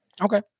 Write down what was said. Okay